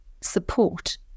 support